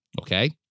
Okay